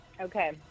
Okay